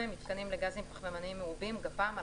- "מיתקנים לגזים פחמימניים מעובים(גפ"מ)",